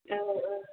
औ औ